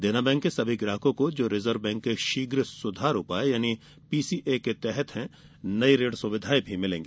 देना बैंक के सभी ग्राहकों को जो रिजर्व बैंक के शीघ्र सुधार उपाय पीसीए के तहत हैं नई ऋण सुविधाएं मिलेंगी